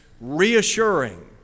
reassuring